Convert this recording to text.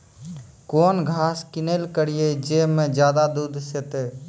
कौन घास किनैल करिए ज मे ज्यादा दूध सेते?